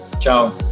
Ciao